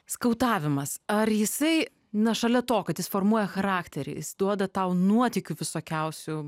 skautavimas ar jisai na šalia to kad jis formuoja charakterį jis duoda tau nuotykių visokiausių